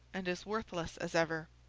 and as worthless as ever.